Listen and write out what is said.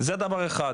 זה דבר ראשון.